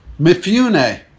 Mifune